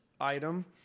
item